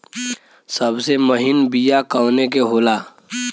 सबसे महीन बिया कवने के होला?